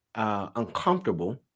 Uncomfortable